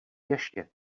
ještě